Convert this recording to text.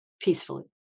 peacefully